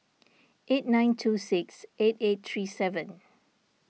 eight nine two six eight eight three seven